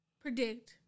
predict